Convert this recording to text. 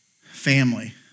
family